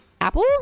apple